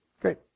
Great